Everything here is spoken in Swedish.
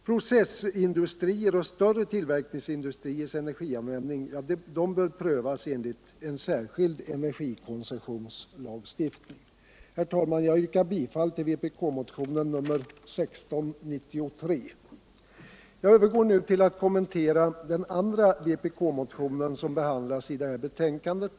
Processindustriers och större tillverkningsindustriers energianvändning bör prövas enligt en särskild energikoncessionslagsuftning. Jag övergår nu till att kommentera den andra vpk-motionen som behandlas i detta betänkande.